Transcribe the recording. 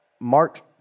mark